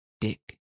Dick